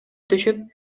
түшүп